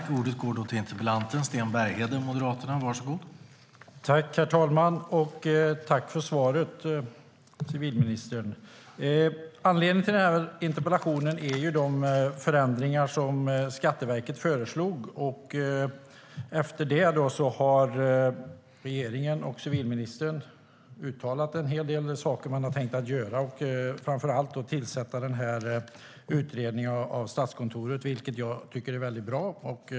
Herr talman! Jag vill tacka civilministern för svaret. Jag har ställt interpellationen med anledning av de förändringar som Skatteverket föreslog. Och efter det har regeringen och civilministern uttalat en hel del som man har tänkt göra, framför allt att tillsätta utredningen av Statskontoret. Det tycker jag är bra.